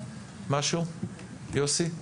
יוסי?